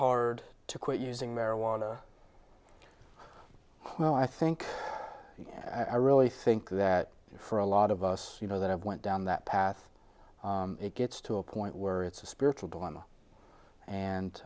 hard to quit using marijuana oh i think i really think that for a lot of us you know that i've went down that path it gets to a point where it's a spiritual dilemma